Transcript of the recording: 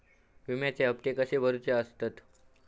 विम्याचे हप्ते कसे भरुचे असतत?